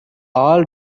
all